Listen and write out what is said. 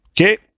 Okay